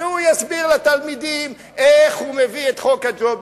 שהוא יסביר לתלמידים איך הוא מביא את חוק הג'ובים.